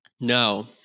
No